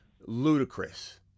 ludicrous